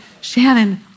Shannon